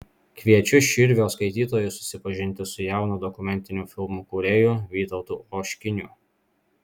kviečiu širvio skaitytojus susipažinti su jaunu dokumentinių filmų kūrėju vytautu oškiniu